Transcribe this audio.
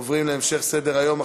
עוברים להמשך סדר-היום.